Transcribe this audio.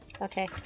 Okay